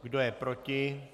Kdo je proti?